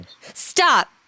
Stop